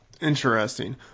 Interesting